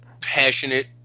passionate